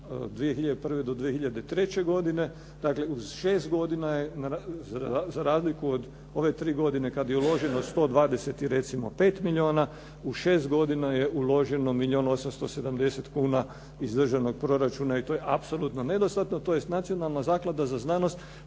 2001. do 2003. godine. Dakle uz 6 godina je za razliku od ove 3 godine kad je uloženo 120 i recimo 5 milijona, u 6 godina je uloženo milijon 870 kuna iz državnog proračuna i to je apsolutno nedostatno, tj. Nacionalna zaklada za znanost